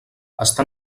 està